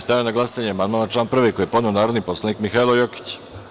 Stavljam na glasanje amandman na član 2. koji je podneo narodni poslanik Mihailo Jokić.